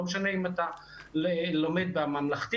לא משנה אם אתה לומד בממלכתי,